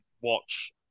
watch